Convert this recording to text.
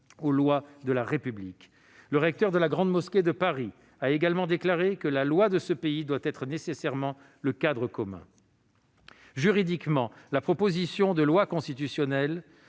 aux lois de la République ». Le recteur de la Grande mosquée de Paris a également déclaré que « la loi de ce pays doit être nécessairement le cadre commun ». Juridiquement, cette proposition de loi constitutionnelle